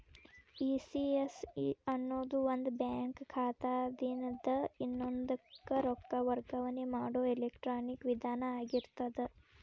ECS ಅನ್ನೊದು ಒಂದ bank ಖಾತಾದಿನ್ದ ಇನ್ನೊಂದಕ್ಕ ರೊಕ್ಕ ವರ್ಗಾವಣೆ ಮಾಡೊ ಎಲೆಕ್ಟ್ರಾನಿಕ್ ವಿಧಾನ ಆಗಿರ್ತದ